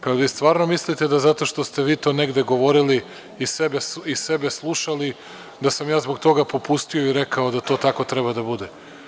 Da li vi stvarno mislite da zato što ste vi to negde govorili i sebe slušali da sam ja zbog toga popustio i rekao da to tako treba da bude?